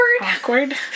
Awkward